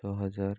ছ হাজার